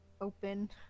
open